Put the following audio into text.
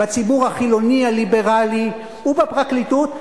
בציבור החילוני הליברלי ובפרקליטות,